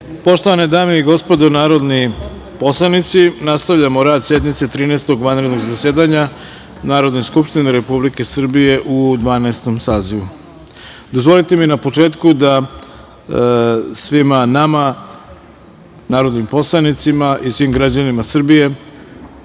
Poštovane dame i gospodo narodni poslanici, nastavljamo rad sednice Trinaestog vanrednog zasedanja Narodne skupštine Republike Srbije u Dvanaestom sazivu. Dozvolite mi na početku da svima nama, narodnim poslanicima i svim građanima Srbije,